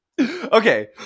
Okay